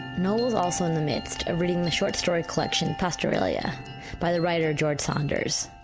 noel was also in the midst of reading the short story collection pastoralia by the writer george saunders.